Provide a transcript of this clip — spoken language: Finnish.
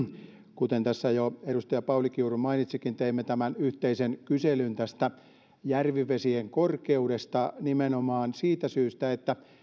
kuten tässä jo edustaja pauli kiuru mainitsikin teimme tämän yhteisen kyselyn järvivesien korkeudesta nimenomaan siitä syystä että